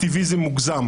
באקטיביזם מוגזם.